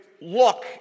look